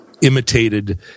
imitated